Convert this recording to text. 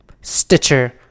Stitcher